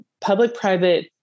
public-private